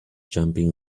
jumping